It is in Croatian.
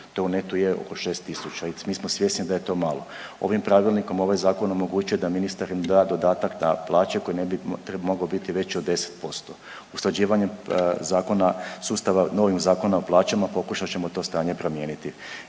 to u netu je oko 6.000 i mi smo svjesni da je to malo. Ovim pravilnikom ovaj zakon omogućuje da ministar im da dodatak na plaće koji ne mogao biti veći od 10%. Usklađivanje zakona, sustava novim zakonom o plaćama pokušat ćemo to stanje promijeniti.